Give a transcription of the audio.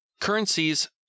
Currencies